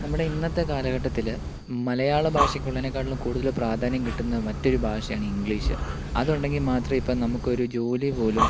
നമ്മുടെ ഇന്നത്തെ കാലഘട്ടത്തിൽ മലയാള ഭാഷക്ക് ഉള്ളതിനേക്കാളും കൂടുതൽ പ്രാധാന്യം കിട്ടുന്ന മറ്റൊരു ഭാഷയാണ് ഇംഗ്ലീഷ് അത് ഉണ്ടെങ്കിൽ മാത്രമേ ഇപ്പോൾ നമുക്ക് ഒരു ജോലി പോലും